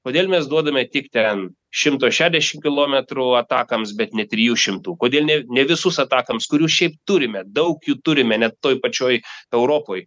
kodėl mes duodame tik ten šimto šešiasdešim kilometrų atakams bet ne trijų šimtų kodėl ne ne visus atakams kurių šiaip turime daug jų turime net toj pačioj europoj